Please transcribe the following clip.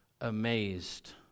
amazed